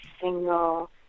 single